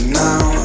now